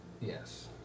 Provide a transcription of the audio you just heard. Yes